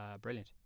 brilliant